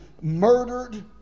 murdered